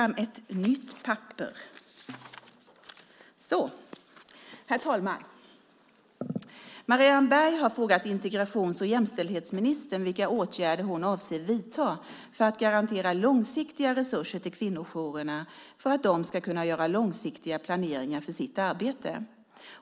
Herr talman! Marianne Berg har frågat integrations och jämställdhetsministern vilka åtgärder hon avser att vidta för att garantera långsiktiga resurser till kvinnojourerna för att de ska kunna göra långsiktiga planeringar för sitt arbete.